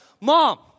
Mom